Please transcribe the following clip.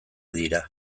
dira